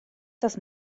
das